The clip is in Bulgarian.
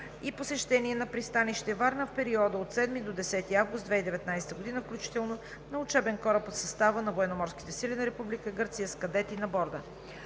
и посещение на пристанище Варна в периода от 7 до 10 август 2019 г. включително на учебен кораб от състава на Военноморските сили на Република Гърция с кадети на брода.